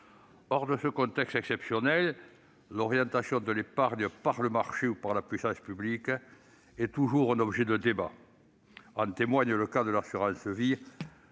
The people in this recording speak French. dehors de ce contexte exceptionnel, l'orientation de l'épargne par le marché ou par la puissance publique est toujours un objet de débat. En témoigne le cas de l'assurance vie,